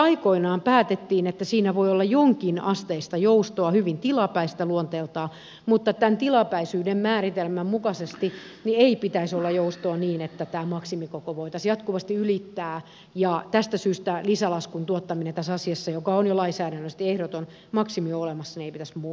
aikoinaan päätettiin että siinä voi olla jonkinasteista joustoa hyvin tilapäistä luonteeltaan mutta tämän tilapäisyyden määritelmän mukaisesti ei pitäisi olla joustoa niin että tämä maksimikoko voitaisiin jatkuvasti ylittää ja tästä syystä lisälaskun tuottamisen tässä asiassa jossa on jo lainsäädännöllisesti ehdoton maksimi olemassa ei pitäisi muuttaa sitä